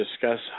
discuss